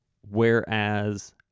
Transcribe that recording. Whereas